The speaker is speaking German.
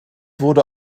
wurde